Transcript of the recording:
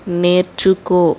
నేర్చుకో